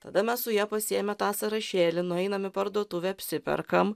tada mes su ja pasiėmę tą sąrašėlį nueinam į parduotuvę apsiperkam